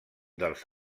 dels